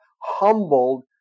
humbled